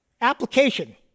Application